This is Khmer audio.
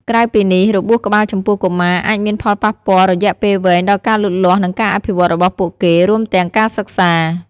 ក្រៅពីនេះ របួសក្បាលចំពោះកុមារអាចមានផលប៉ះពាល់រយៈពេលវែងដល់ការលូតលាស់ និងការអភិវឌ្ឍរបស់ពួកគេ រួមទាំងការសិក្សា។